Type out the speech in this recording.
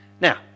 Now